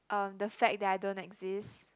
um the fact that I don't exist